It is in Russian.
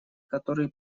которые